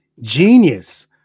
Genius